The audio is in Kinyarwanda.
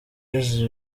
yagize